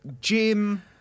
Jim